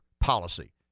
policy